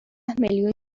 میلیون